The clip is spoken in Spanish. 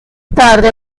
tarde